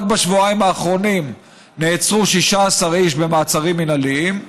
רק בשבועיים האחרונים נעצרו 16 איש במעצרים מינהליים,